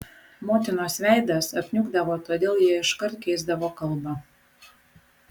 motinos veidas apniukdavo todėl jie iškart keisdavo kalbą